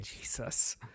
Jesus